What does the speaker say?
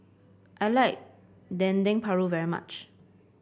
I like Dendeng Paru very much